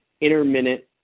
intermittent